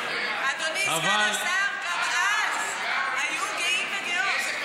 אבל, אדוני סגן השר, גם אז היו גאים וגאות.